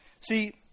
See